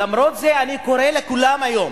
למרות זה אני קורא לכולם היום